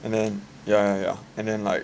and then ya ya and then like